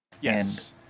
Yes